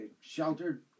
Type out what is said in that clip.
sheltered